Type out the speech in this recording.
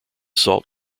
salt